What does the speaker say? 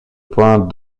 point